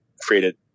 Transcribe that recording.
created –